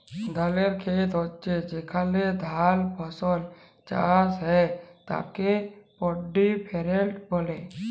ধালের খেত হচ্যে যেখলে ধাল ফসল চাষ হ্যয় তাকে পাড্ডি ফেইল্ড ব্যলে